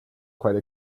quite